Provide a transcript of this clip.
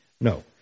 No